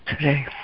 today